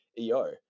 EO